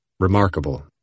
remarkable